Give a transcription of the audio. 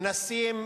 מנסים,